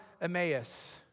Emmaus